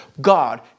God